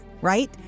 right